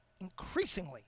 increasingly –